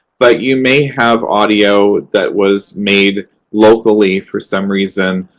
but you may have audio that was made locally for some reason,